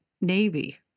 Navy